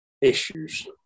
issues